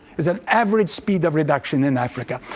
it's an average speed of reduction in africa.